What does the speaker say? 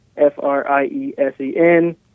F-R-I-E-S-E-N